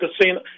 casino